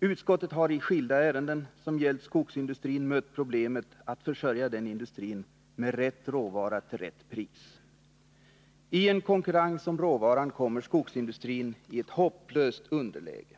Utskottet har i skilda ärenden som gällt skogsindustrin mött problemet att försörja denna industri med rätt råvara till rätt pris. I en konkurrens om råvaran kommer skogsindustrin i ett hopplöst underläge.